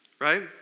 right